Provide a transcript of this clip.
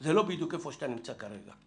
וזה לא בדיוק איפה שאתה נמצא כרגע.